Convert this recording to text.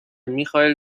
میخائیل